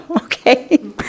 Okay